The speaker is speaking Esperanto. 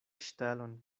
ŝtelon